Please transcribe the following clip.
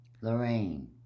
Lorraine